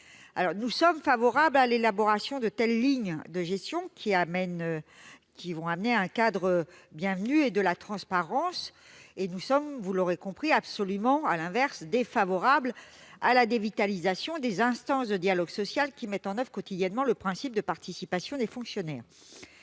Nous sommes favorables à l'élaboration de telles lignes de gestion, qui vont amener un cadre bienvenu, ainsi que de la transparence. Nous sommes, à l'inverse, vous l'aurez compris, absolument défavorables à la dévitalisation des instances de dialogue social qui mettent quotidiennement en oeuvre le principe de participation des fonctionnaires.